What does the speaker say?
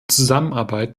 zusammenarbeit